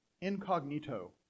incognito